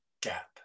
gap